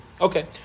Okay